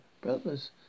Brothers